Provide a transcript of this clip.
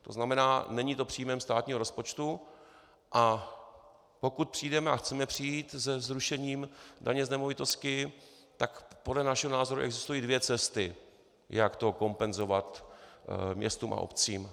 To znamená, není to příjmem státního rozpočtu, a pokud přijdeme, a chceme přijít, se zrušením daně z nemovitostí, tak podle našeho názoru existují dvě cesty, jak to kompenzovat městům a obcím.